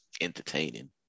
entertaining